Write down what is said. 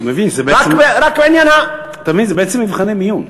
אתה מבין שזה בעצם מבחני מיון.